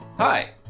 Hi